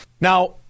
Now